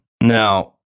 Now